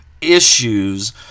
issues